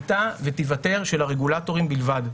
הייתה ותיוותר של הרגולטורים בלבד.